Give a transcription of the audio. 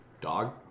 Dog